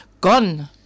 Gone